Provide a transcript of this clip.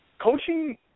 coaching